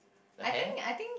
the hair